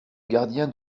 gardien